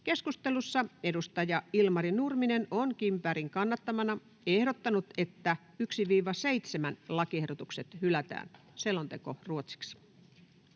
Keskustelussa edustaja Ilmari Nurminen on edustaja Kim Bergin kannattamana ehdottanut, että 1.—7. lakiehdotus hylätään. — Selonteko ruotsiksi.